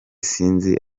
sinzi